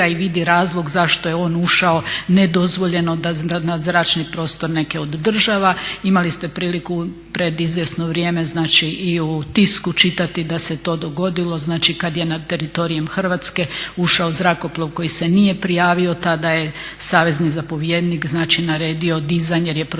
i vidi razlog zašto je on ušao nedozvoljeno nad zračni prostor neke od država. Imali ste priliku pred izvjesno vrijeme znači i u tisku čitati da se to dogodilo, znači kada je nad teritorijem Hrvatske ušao zrakoplov koji se nije prijavio tada je savezni zapovjednik znači naredio dizanje jer je procijenio